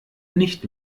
nicht